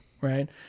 right